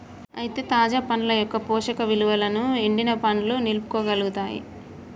అయితే తాజా పండ్ల యొక్క పోషక ఇలువలను ఎండిన పండ్లు నిలుపుకోగలుగుతాయి